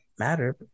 matter